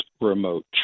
remote